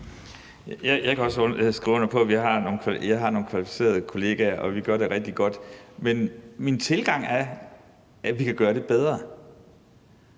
Jeg kan også skrive under på, at jeg har nogle kvalificerede kollegaer, og at vi gør det rigtig godt. Men min tilgang er, at vi kan gøre det bedre,